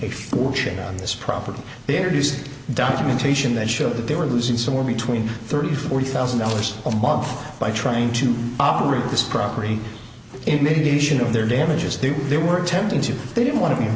fortune on this property they introduced documentation that showed that they were losing somewhere between thirty forty thousand dollars a month by trying to operate this property in mitigation of their damages the they were attempting to they didn't want to be